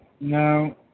no